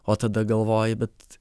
o tada galvoji bet